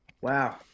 Wow